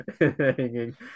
hanging